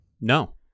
No